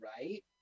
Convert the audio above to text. right